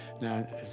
Now